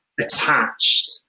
Attached